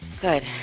Good